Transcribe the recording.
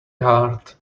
hard